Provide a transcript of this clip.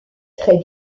très